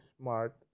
smart